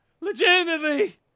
Legitimately